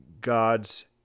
God's